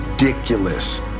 ridiculous